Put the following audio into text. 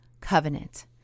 covenant